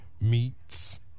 Meats